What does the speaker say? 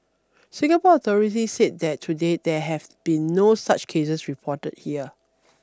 Singapore authorities said that to date there have been no such cases reported here